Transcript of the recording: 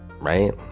Right